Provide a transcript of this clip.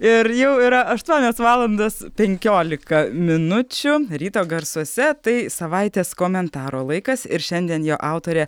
ir jau yra aštuonios valandas penkiolika minučių ryto garsuose tai savaitės komentaro laikas ir šiandien jo autorė